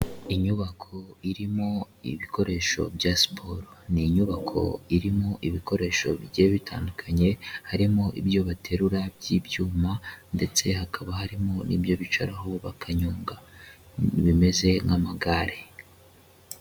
Inyubako irimo ibikoresho bya siporo, ni inyubako irimo ibikoresho bigiye bitandukanye harimo ibyo baterura by'ibyuma ndetse hakaba harimo n'ibyo bicaraho bakanyonga bimeze nk'amagare.